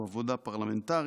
הוא עבודה פרלמנטרית,